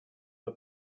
dla